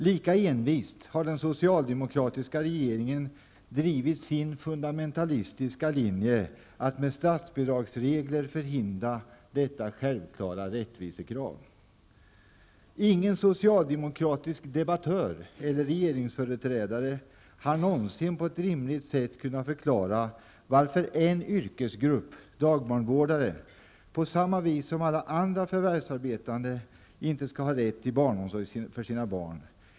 Lika envist har den socialdemokratiska regeringen drivit sin fundamentalistiska linje att med statsbidragsregler förhindra detta självklara rättvisekrav. Ingen socialdemokratisk debattör eller regeringsföreträdare har någonsin på ett rimligt sätt kunnat förklara varför inte en yrkesgrupp, dagbarnvårdare, på samma sätt som alla andra förvärvsarbetande, skall ha rätt till barnomsorg för sina barn.